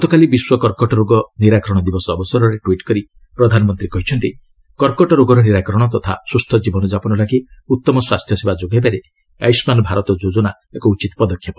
ଗତକାଲି ବିଶ୍ୱ କର୍କଟ ରୋଗ ନିରାକରଣ ଦିବସ ଅବସରରେ ଟ୍ୱିଟ୍ କରି ପ୍ରଧାନମନ୍ତ୍ରୀ କହିଛନ୍ତି କର୍କଟରୋଗର ନିରାକରଣ ତଥା ସୁସ୍ଥ ଜୀବନଯାପନ ଲାଗି ଉତ୍ତମ ସ୍ୱାସ୍ଥ୍ୟସେବା ଯୋଗାଇବାରେ ଆୟୁଷ୍ମାନ ଭାରତ ଯୋଜନା ଏକ ଉଚିତ୍ ପଦକ୍ଷେପ